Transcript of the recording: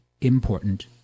important